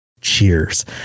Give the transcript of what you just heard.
Cheers